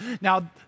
Now